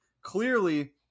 Clearly